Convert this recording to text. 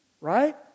right